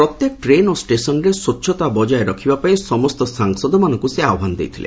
ପ୍ରତ୍ୟେକ ଟ୍ରେନ୍ ଓ ଷ୍ଟେସନ୍ରେ ସ୍ୱଚ୍ଚତା ବଜାୟ ରଖିବାପାଇଁ ସମସ୍ତ ସାଂସଦମାନଙ୍କୁ ସେ ଆହ୍ୱାନ କରିଥିଲେ